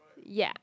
yup